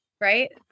right